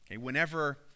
whenever